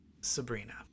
Sabrina